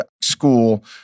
school